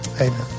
amen